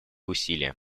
усилия